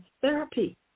therapy